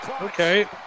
Okay